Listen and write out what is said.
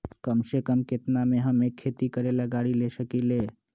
कम से कम केतना में हम एक खेती करेला गाड़ी ले सकींले?